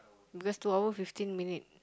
that's two hour fifteen minute